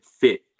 fit